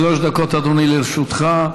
שלוש דקות, אדוני, לרשותך.